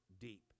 deep